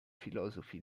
filosofi